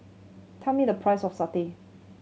tell me the price of satay